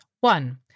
One